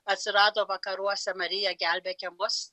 atsirado vakaruose marija gelbėki mus